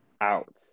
out